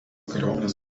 kariuomenės